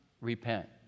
repent